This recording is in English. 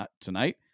tonight